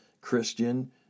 Christian